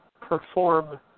perform